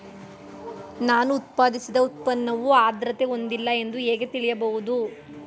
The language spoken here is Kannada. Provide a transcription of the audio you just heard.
ನಾನು ಉತ್ಪಾದಿಸಿದ ಉತ್ಪನ್ನವು ಆದ್ರತೆ ಹೊಂದಿಲ್ಲ ಎಂದು ಹೇಗೆ ತಿಳಿಯಬಹುದು?